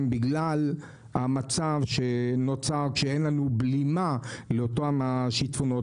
בגלל המצב שנוצר כשאין לנו בלימה לאותם שיטפונות.